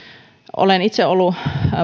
olen itse ollut